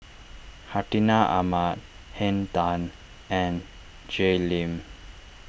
Hartinah Ahmad Henn Tan and Jay Lim